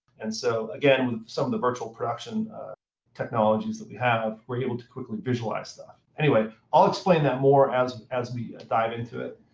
and so, again, with some of the virtual production technologies that we have, we're able to quickly visualize stuff. anyway, i'll explain that more as as we dive into it.